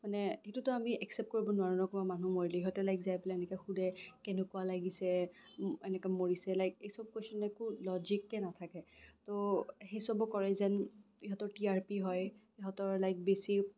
মানে সেইটোতো আমি এচেপ্ট কৰিব নোৱাৰো ন কোনোবা মানুহ মৰিলে ইহঁতে লাইক যাই পেলাই এনেকে সোধে কেনেকুৱা লাগিছে এনেকুৱা মৰিছে লাইক এইচব কোৱেশ্যন একো লজিকে নাথাকে ত' সেইচবো কৰে যেন ইহঁতৰ টি আৰ পি হয় ইহঁতৰ লাইক বেছি